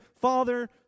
father